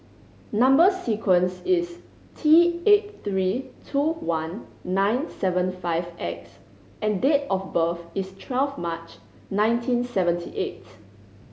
number sequence is T eight three two one nine seven five X and date of birth is twelve March nineteen seventy eight